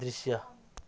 दृश्य